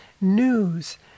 news